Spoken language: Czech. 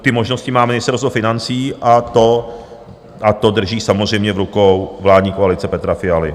Ty možnosti má Ministerstvo financí a to drží samozřejmě v rukou vládní koalice Petra Fialy.